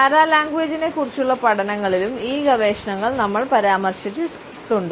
പാരലാങ്വേജിനെക്കുറിച്ചുള്ള പഠനങ്ങളിലും ഈ ഗവേഷണങ്ങൾ നമ്മൾ പരാമർശിച്ചിട്ടുണ്ട്